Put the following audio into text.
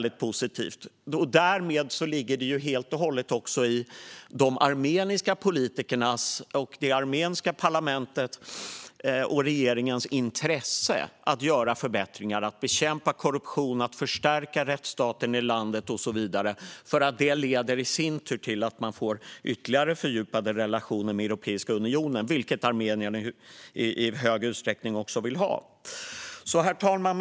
Därmed ligger det helt och hållet i de armeniska politikernas, det armeniska parlamentets och den armeniska regeringens intresse att göra förbättringar, att bekämpa korruption, förstärka rättsstaten i landet och så vidare, för det leder i sin tur till att man får ytterligare fördjupade relationer med Europeiska unionen, vilket armenierna i stor utsträckning vill ha. Herr talman!